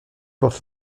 porte